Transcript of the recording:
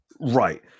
Right